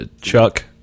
Chuck